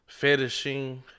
fetishing